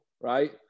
right